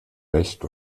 recht